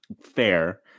fair